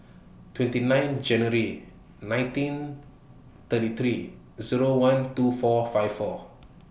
twenty nine January nineteen thirty three Zero one two four five four